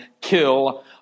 kill